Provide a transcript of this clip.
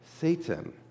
Satan